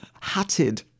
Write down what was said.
hatted